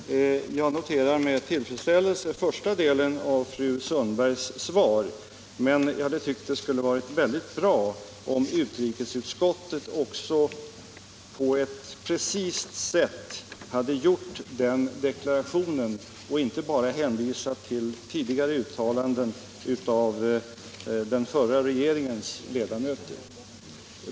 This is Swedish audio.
Herr talman! Jag noterar med tillfredställelse första delen av fru Sundbergs svar. Men det hade varit bra om utrikesutskottet också på ett precist sätt hade gjort den deklarationen och inte bara hänvisat till tidigare uttalanden av den förra regeringens ledamöter.